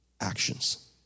actions